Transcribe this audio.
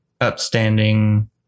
upstanding